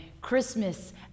Christmas